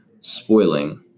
spoiling